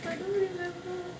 I don't remember